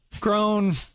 grown